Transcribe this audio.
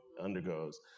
undergoes